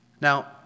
Now